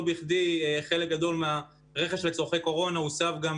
לא בכדי חלק גדול מהרכש לצורכי קורונה הוסב גם